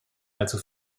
allzu